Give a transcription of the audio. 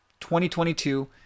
2022